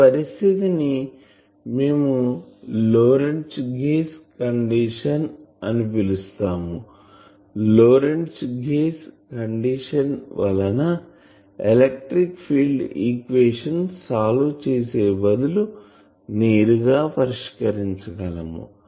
ఈ పరిస్థితిని మేము లోరెంట్జ్ గేజ్ కండిషన్ అని పిలుస్తాము లోరెంట్జ్ గేజ్ కండిషన్ వలన ఎలక్ట్రిక్ ఫీల్డ్ ఈక్వేషన్ సాల్వ్ చేసే బదులు నేరుగా పరిష్కరించగలము